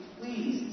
please